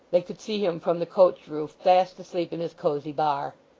they could see him from the coach-roof fast asleep in his cosy bar.